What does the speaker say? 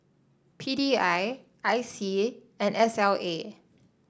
P D I I C and S L A